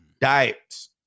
Diets